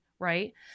Right